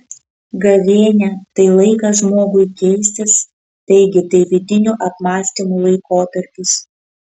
gavėnia tai laikas žmogui keistis taigi tai vidinių apmąstymų laikotarpis